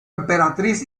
emperatriz